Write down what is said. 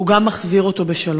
הוא גם מחזיר אותו בשלום.